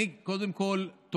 קודם כול,